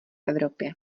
evropě